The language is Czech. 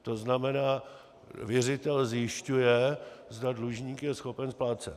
To znamená, věřitel zjišťuje, zda dlužník je schopen splácet.